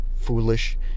foolish